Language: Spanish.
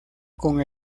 con